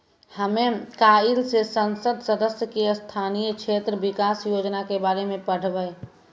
हमे काइल से संसद सदस्य के स्थानीय क्षेत्र विकास योजना के बारे मे पढ़बै